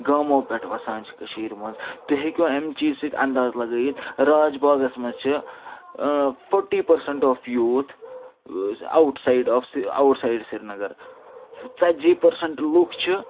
گامو پٮ۪ٹھ وَسان چھِ کٔشیٖرِ منٛز تُہۍ ہیٚکِو اَمہِ چیٖزٕ سۭتۍ انٛداز لَگٲیِتھ راج باغَس منٛز چھِ forty percent of youth outside of outside Srinagar ژَتجی پٔرسَنٛٹہٕ لُکھ چھِ